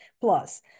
plus